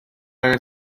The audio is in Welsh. angen